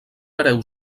hereu